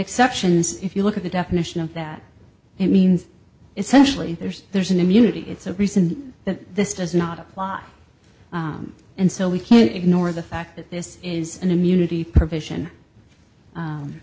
exceptions if you look at the definition of that it means essentially there's there's an immunity it's a reason that this does not apply and so we can't ignore the fact that this is an immunity provision